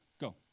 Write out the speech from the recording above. Go